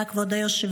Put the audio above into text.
תודה, כבוד היושב-ראש.